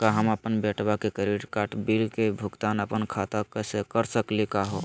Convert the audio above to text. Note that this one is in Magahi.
का हम अपन बेटवा के क्रेडिट कार्ड बिल के भुगतान अपन खाता स कर सकली का हे?